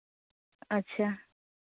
ᱟᱪᱪᱷᱟ